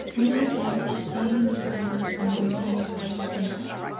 many times she came in the morning and remained all day,